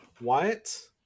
Wyatt